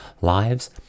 lives